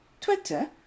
Twitter